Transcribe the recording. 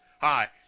Hi